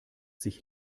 sich